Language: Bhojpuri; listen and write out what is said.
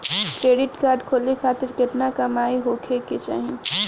क्रेडिट कार्ड खोले खातिर केतना कमाई होखे के चाही?